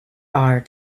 are